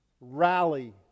rally